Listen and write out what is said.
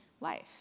life